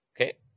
okay